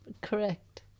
correct